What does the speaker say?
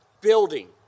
Building